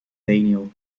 daniel